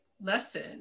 lesson